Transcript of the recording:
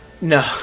No